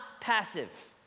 passive